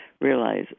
Realize